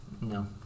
No